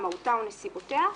מהותה או נסיבותיה,